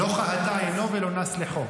"לא כהתה עינו ולא נס לחֹה".